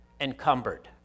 encumbered